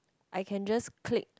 I can just click